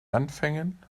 anfängen